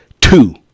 two